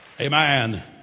Amen